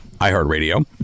iHeartRadio